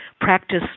practice